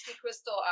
crystal